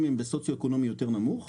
יהיו במעמד סוציו אקונומי יותר נמוך.